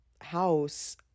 house